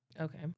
Okay